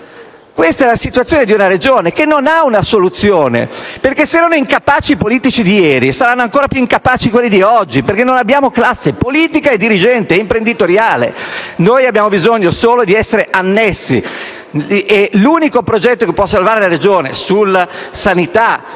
Questa è la situazione di una Regione che non ha una soluzione, perché se erano incapaci i politici di ieri saranno ancora più incapaci i politici di oggi, perché non abbiamo una classe politica e una classe dirigente-imprenditoriale. Abbiamo solo bisogno di essere annessi: l'unico progetto che può salvare la Regione sul versante